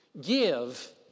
Give